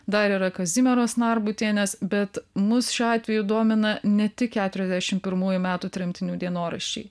dar yra kazimieros narbutienės bet mus šiuo atveju domina ne tik keturiasdešim pirmųjų metų tremtinių dienoraščiai